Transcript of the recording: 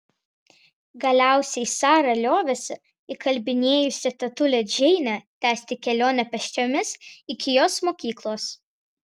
galiausiai sara liovėsi įkalbinėjusi tetulę džeinę tęsti kelionę pėsčiomis iki jos mokyklos